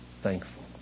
thankful